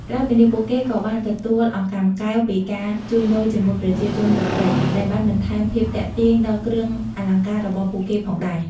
ក្រៅពីនេះ ពួកគេក៏បានទទួល អង្កាំកែវ ពីការជួញដូរជាមួយប្រជាជនដទៃ ដែលបានបន្ថែមភាពទាក់ទាញដល់គ្រឿងអលង្ការរបស់ពួកគេផងដែរ។